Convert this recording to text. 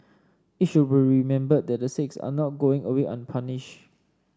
it should be remembered that the six are not going away unpunished